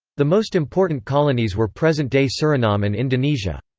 the most important colonies were present-day suriname and indonesia.